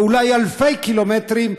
ואולי אלפי קילומטרים,